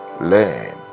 learn